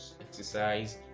exercise